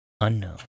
unknown